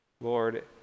lord